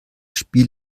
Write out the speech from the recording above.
spiel